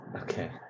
Okay